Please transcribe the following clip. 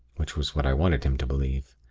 which was what i wanted him to believe,